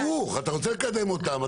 הפוך אתה רוצה לקדם אותם,